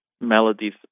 melodies